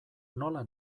nola